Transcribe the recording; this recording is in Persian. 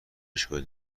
اشکالی